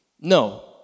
No